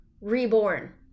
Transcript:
reborn